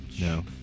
No